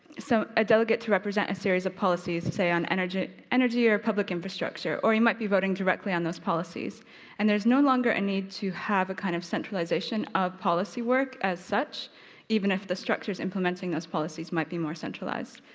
so a delegate to represent a series of policies, say on energy energy or public infrastructure or he might be voting directly on those policies and there's no longer a need to have a kind of centralisation of policy work as such even if the structures implementing those policies might more centralised.